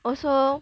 also